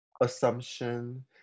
assumption